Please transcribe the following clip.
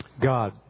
God